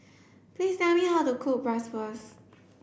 please tell me how to cook Bratwurst